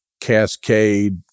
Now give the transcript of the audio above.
cascade